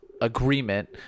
agreement